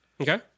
Okay